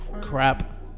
crap